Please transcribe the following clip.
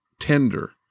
tender